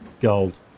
gold